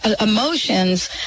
emotions